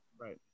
Right